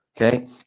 Okay